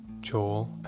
joel